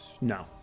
No